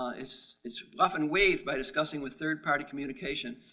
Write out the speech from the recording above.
ah it's it's often waived by discussing with third party communication.